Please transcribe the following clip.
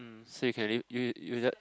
so you can li~ you you just